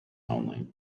only